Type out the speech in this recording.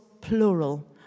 plural